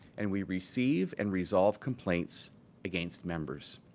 and we receive and resolve complaints against members.